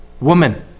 woman